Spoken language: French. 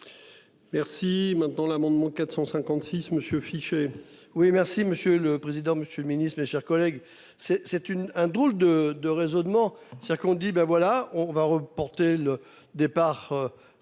Merci, maintenant l'amendement 456, monsieur. Oui, merci Monsieur. Le président, Monsieur le Ministre, mes chers collègues. C'est c'est une, un drôle de, de raisonnement. C'est-à-dire qu'on dit ben voilà on va reporter le départ.